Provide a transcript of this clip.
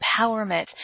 empowerment